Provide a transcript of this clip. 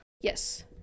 Yes